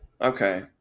Okay